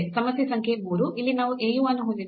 ಸಮಸ್ಯೆ ಸಂಖ್ಯೆ 3 ಇಲ್ಲಿ ನಾವು a u ಅನ್ನು ಹೊಂದಿದ್ದೇವೆ